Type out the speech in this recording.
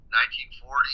1940